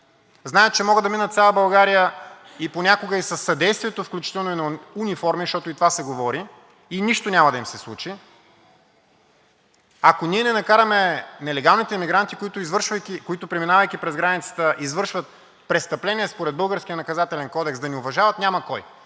Знаят, че могат да минат цяла България и понякога и със съдействието на униформен, защото и това се говори, и нищо няма да им се случи. Ако ние не накараме нелегалните емигранти, които, преминавайки през границата, извършват престъпления според българския Наказателен кодекс, да ни уважават – няма кой.